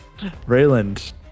Rayland